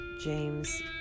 James